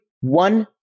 one